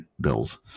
Bills